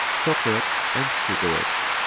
cho colate and cigarettes.